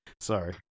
Sorry